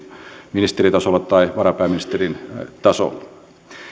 ministeritasolla tai varapääministerin tasolla